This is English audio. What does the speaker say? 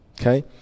okay